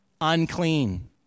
unclean